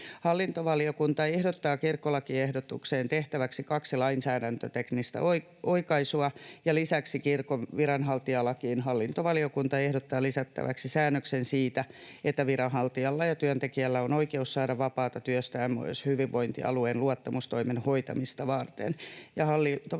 Hallintovaliokunta ehdottaa kirkkolakiehdotukseen tehtäväksi kaksi lainsäädäntöteknistä oikaisua, ja lisäksi kirkon viranhaltijalakiin hallintovaliokunta ehdottaa lisättäväksi säännöksen siitä, että viranhaltijalla ja työntekijällä on oikeus saada vapaata työstään myös hyvinvointialueen luottamustoimen hoitamista varten.